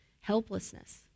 helplessness